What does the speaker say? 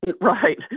Right